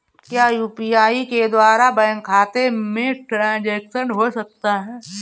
क्या यू.पी.आई के द्वारा बैंक खाते में ट्रैन्ज़ैक्शन हो सकता है?